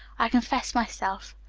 i confess myself.